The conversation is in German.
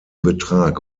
betrag